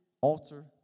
altar